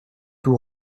tout